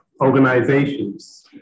organizations